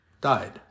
died